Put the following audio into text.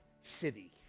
city